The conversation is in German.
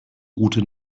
route